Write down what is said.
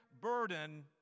burden